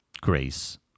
Grace